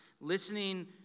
listening